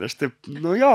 aš taip nu jo